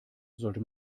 sollte